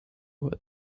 what